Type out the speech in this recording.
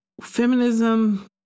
feminism